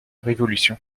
révolution